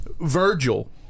Virgil